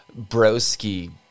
broski